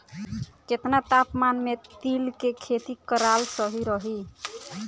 केतना तापमान मे तिल के खेती कराल सही रही?